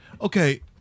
Okay